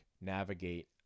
navigate